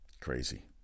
Crazy